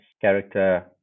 character